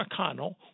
McConnell